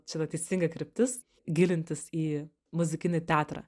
čia yra teisinga kryptis gilintis į muzikinį teatrą